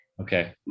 Okay